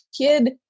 kid